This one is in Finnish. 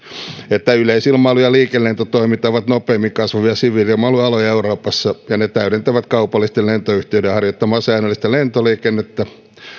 että yleisilmailu ja liikelentotoiminta ovat nopeimmin kasvavia siviili ilmailun aloja euroopassa ja ne täydentävät kaupallisten lentoyhtiöiden harjoittamaa säännöllistä lentoliikennettä